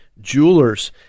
Jewelers